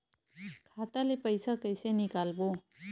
खाता ले पईसा कइसे निकालबो?